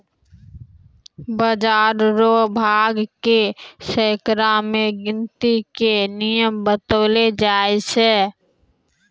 बाजार रो भाव के सैकड़ा मे गिनती के नियम बतैलो जाय छै